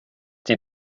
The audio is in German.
die